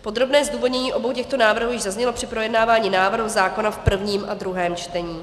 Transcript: Podrobné zdůvodnění obou těchto návrhů již zaznělo při projednávání návrhu zákona v prvním a druhém čtení.